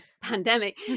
pandemic